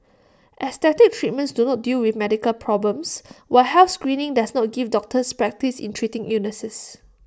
aesthetic treatments do not deal with medical problems while health screening does not give doctors practice in treating illnesses